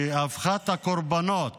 שהפכה את הקורבנות